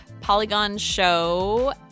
polygonshow